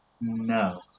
No